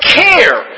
care